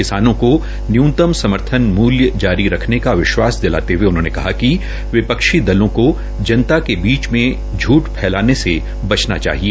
किसानों को उन्होंने न्यूनतम समर्थन मूल्य जारी रखने का विश्वास दिलाते हये उन्होंने कहा कि विपक्षी दलों को जनता के बीच में झूठ फैलाने से बचना चाहिए